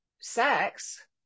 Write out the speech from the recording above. sex